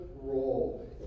role